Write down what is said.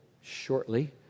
shortly